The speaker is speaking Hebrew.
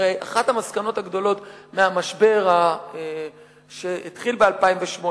הרי אחת המסקנות הגדולות מהמשבר שהתחיל ב-2008,